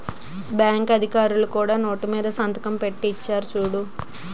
bank అధికారులు కూడా note మీద సంతకం పెట్టి ఇచ్చేరు చూడు